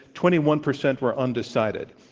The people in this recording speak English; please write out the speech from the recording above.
twenty one percent were undecided.